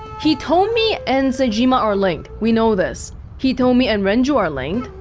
hitomi and sejima are linked, we know this hitomi and renju are linked